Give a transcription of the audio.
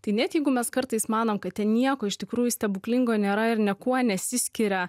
tai net jeigu mes kartais manom kad ten nieko iš tikrųjų stebuklingo nėra ir niekuo nesiskiria